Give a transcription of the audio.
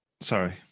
Sorry